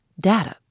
Data